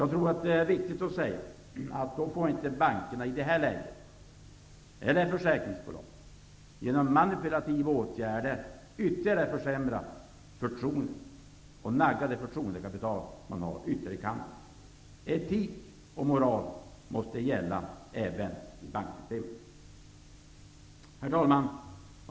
Det är viktigt att säga att bankerna eller försäkringsbolagen i det här läget inte genom manipulativa åtgärder ytterligare får försämra det förtroendet. Etik och moral måste gälla även i banksystemet. Herr talman!